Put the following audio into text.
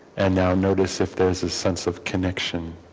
and now notice if there's a sense of connection